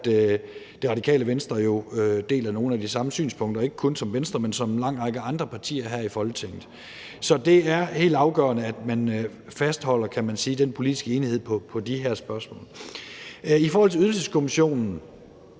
at Radikale Venstre har nogle af de samme synspunkter, som ikke kun Venstre, men også en lang række andre partier her i Folketinget har. Så det er helt afgørende, at man fastholder, kan man sige, den politiske enighed på de her spørgsmål. I forhold til Ydelseskommissionen